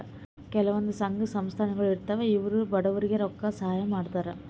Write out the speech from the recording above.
ಕೆಲವಂದ್ ಸಂಘ ಸಂಸ್ಥಾಗೊಳ್ ಇರ್ತವ್ ಇವ್ರು ಬಡವ್ರಿಗ್ ರೊಕ್ಕದ್ ಸಹಾಯ್ ಮಾಡ್ತರ್